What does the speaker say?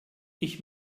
ich